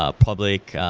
ah public,